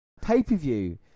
pay-per-view